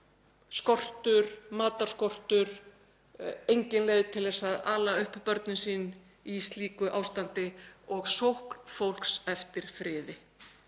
skortur, matarskortur, engin leið til að ala upp börnin sín í slíku ástandi og sókn fólks eftir friði.